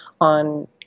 on